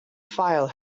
file